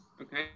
Okay